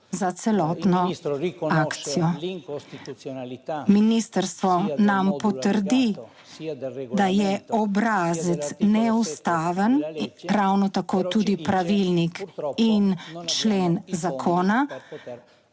za celotno akcijo. Ministrstvo nam potrdi, da je obrazec neustaven, ravno tako tudi pravilnik in člen zakona.